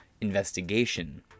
investigation